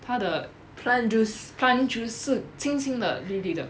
他的 plant juice plant juice 是轻轻的绿绿的